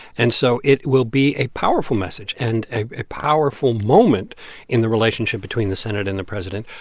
and so it will be a powerful message and a a powerful moment in the relationship between the senate and the president.